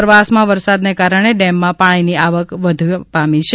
ઉપરવાસમાં વરસાદને કારણે ડેમમાં પાણીની આવક વધવા પામી છે